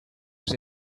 was